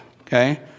Okay